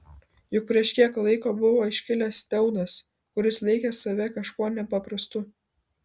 juk prieš kiek laiko buvo iškilęs teudas kuris laikė save kažkuo nepaprastu